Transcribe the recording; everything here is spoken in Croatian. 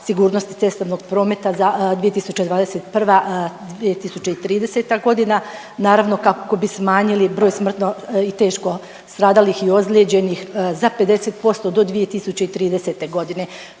sigurnosti cestovnog prometa za 2021.-2030.g. naravno kako bi smanjili broj smrtno i teško stradalih i ozljeđenih za 50% do 2030.g..